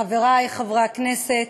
חברי חברי הכנסת,